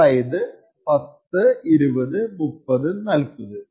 അതായതു 10 20 30 40